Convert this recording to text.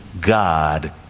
God